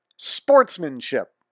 sportsmanship